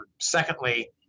Secondly